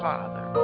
Father